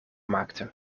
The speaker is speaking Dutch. maakte